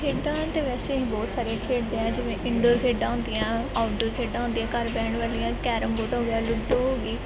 ਖੇਡਾਂ ਤਾਂ ਵੈਸੇ ਅਸੀਂ ਬਹੁਤ ਸਾਰੀਆਂ ਖੇਡਦੇ ਹਾਂ ਜਿਵੇਂ ਇਨਡੋਰ ਖੇਡਾਂ ਹੁੰਦੀਆਂ ਆਊਟਡੋਰ ਖੇਡਾਂ ਹੁੰਦੀਆਂ ਘਰ ਬਹਿਣ ਵਾਲੀਆਂ ਕੈਰਮਬੋਟ ਹੋ ਗਿਆ ਲੁੱਡੋ ਹੋ ਗਈ